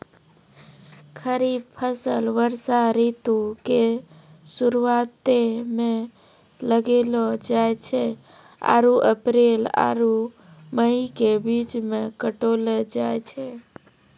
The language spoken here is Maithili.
खरीफ फसल वर्षा ऋतु के शुरुआते मे लगैलो जाय छै आरु अप्रैल आरु मई के बीच मे काटलो जाय छै